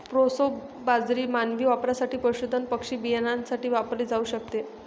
proso बाजरी मानवी वापरासाठी, पशुधन पक्षी बियाण्यासाठी वापरली जाऊ शकते